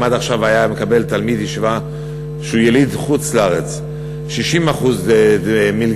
אם עד עכשיו היה מקבל תלמיד ישיבה שהוא יליד חוץ-לארץ 60% מלגה,